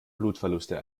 blutverluste